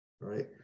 Right